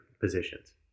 positions